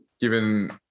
given